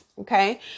Okay